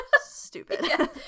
Stupid